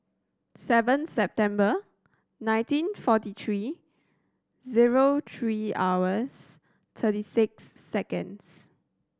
seven September nineteen forty three zero three hours thirty six seconds